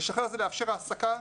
לשחרר זה לאפשר העסקה,